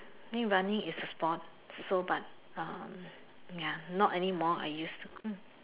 think running is a sport so but um ya not anymore I used to